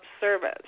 service